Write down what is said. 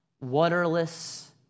waterless